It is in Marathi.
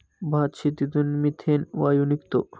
भातशेतीतून मिथेन वायू निघतो